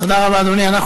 תודה רבה, אדוני.